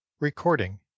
Recording